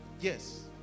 Yes